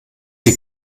sie